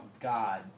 God